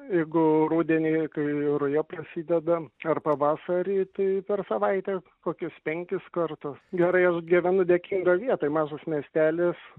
jeigu rudenį kai ruja prasideda ar pavasarį tai per savaitę kokius penkis kartus gerai aš gyvenu dėkingo vietoj mažas miestelis